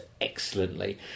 excellently